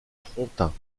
frontin